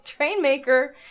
Trainmaker